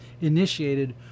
initiated